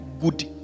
good